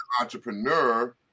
entrepreneur